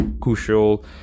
crucial